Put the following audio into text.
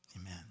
Amen